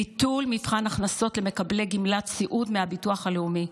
ביטול מבחן הכנסות למקבלי גמלת סיעוד מהביטוח הלאומי,